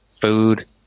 Food